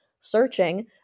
searching